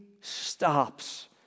stops